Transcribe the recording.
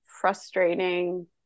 frustrating